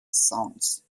sounds